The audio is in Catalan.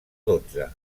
dotze